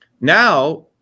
Now